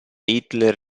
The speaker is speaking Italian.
hitler